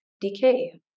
Decay